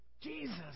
Jesus